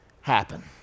happen